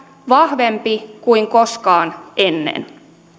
vahvempi kuin koskaan ennen